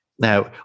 Now